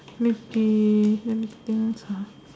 maybe let me think